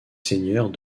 seigneurs